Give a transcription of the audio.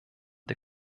der